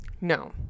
no